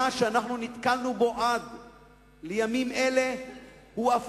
מה שנתקלנו בו עד לימים אלה הוא לצערנו